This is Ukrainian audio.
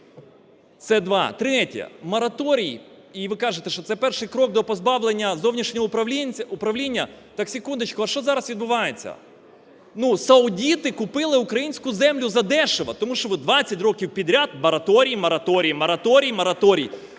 Це два. Третє. Мораторій і ви кажете, що це перший крок до позбавлення зовнішнього управління. Так, секундочку. А що зараз відбувається? Ну, саудити купили українську землю за дешево. Тому що 20 років підряд мораторій, мораторій, мораторій, мораторій.